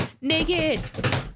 Naked